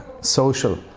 social